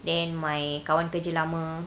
then my kawan kerja lama